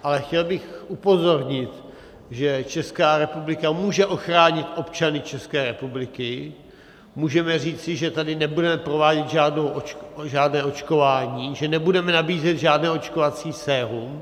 Ale chtěl bych upozornit, že Česká republika může ochránit občany České republiky, můžeme říci, že tady nebudeme provádět žádné očkování, že nebudeme nabízet žádné očkovací sérum.